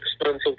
expensive